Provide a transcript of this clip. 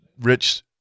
Rich